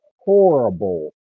horrible